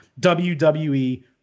WWE